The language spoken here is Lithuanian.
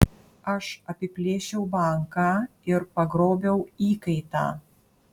aš apiplėšiau banką ir pagrobiau įkaitą